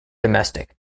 domestic